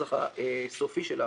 הנוסח הסופי שלה